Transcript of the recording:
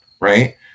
right